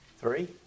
three